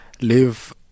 live